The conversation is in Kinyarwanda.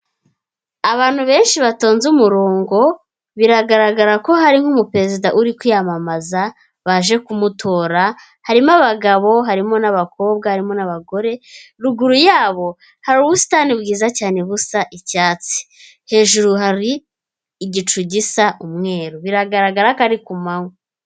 Abantu benshi batonze umurongo biragaragara ko hari nk'umuperezida uri kwiyamamaza baje kumutora, harimo abagabo, harimo n'abakobwa, harimo n'abagore ruguru yabo hari ubusitani bwiza cyane busa icyatsi, hejuru hari igicu gisa umweru biragaragara ko ari ku manywa.